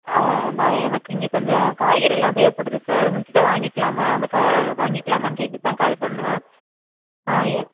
நான் எனக்கு இங்கே கொஞ்சம் காய்கறியெலாம் தேவைப்படுது சார் உங்கள் கிட்டே வாங்கிக்கலாமா அந்த க வாங்கிக்கலாமான்னு கேட்க தான் கால் பண்ணிணேன் ஆ ஏ